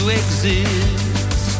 exist